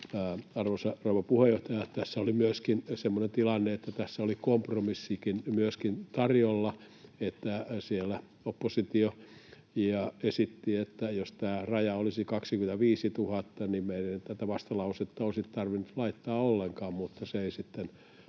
rouva puheenjohtaja! Tässä oli myöskin semmoinen tilanne, että tässä oli kompromissikin tarjolla: oppositio esitti, että jos tämä raja olisi 25 000, niin tätä vastalausetta ei olisi tarvinnut laittaa ollenkaan, mutta se ei sitten